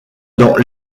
dans